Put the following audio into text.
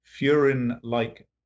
furin-like